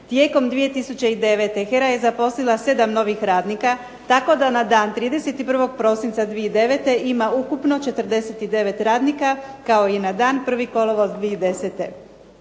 "Tijekom 2009. HERA je zaposlila sedam novih radnika tako da na dan 31. prosinca 2009. ima ukupno 49 radnika kao i na dan 1. kolovoz 2010."